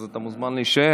אז אתה מוזמן להישאר,